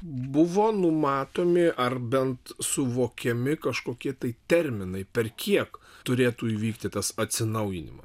buvo numatomi ar bent suvokiami kažkokie tai terminai per kiek turėtų įvykti tas atsinaujinimas